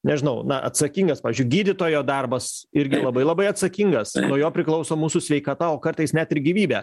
nežinau na atsakingas pavyzdžiui gydytojo darbas irgi labai labai atsakingas nuo jo priklauso mūsų sveikata o kartais net ir gyvybė